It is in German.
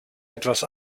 etwas